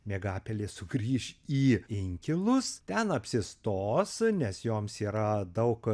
miegapelės sugrįš į inkilus ten apsistos nes joms yra daug